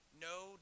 No